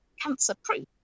cancer-proof